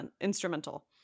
instrumental